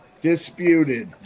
Disputed